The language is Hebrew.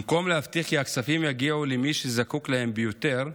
במקום להבטיח כי הכספים יגיעו למי שזקוק להם ביותר,